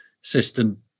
system